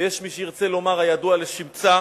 ויש מי שירצה לומר הידוע לשמצה.